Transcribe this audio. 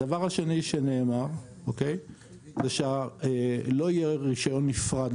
הדבר השני שנאמר זה שלא יהיה רישיון נפרד,